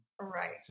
right